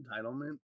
entitlement